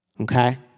Okay